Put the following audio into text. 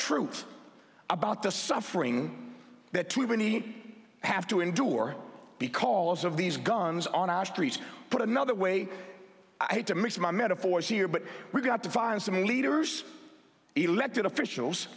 truth about the suffering that many have to endure because of these guns on our streets put another way i hate to mix my metaphors here but we've got to find some leaders elected officials